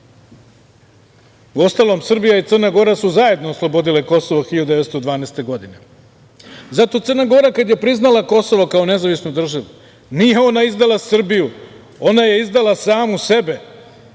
Srbija i Crna Gora su zajedno oslobodile Kosovo 1912. godine. Zato Crna Gora kad je priznala Kosovo kao nezavisnu državu, nije ona izdala Srbiju, ona je izdala samu sebe,